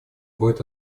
будет